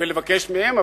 ולבקש מהם,